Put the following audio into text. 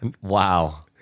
Wow